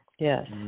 Yes